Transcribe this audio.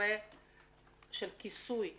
למקרה של כיסוי הפוליסה.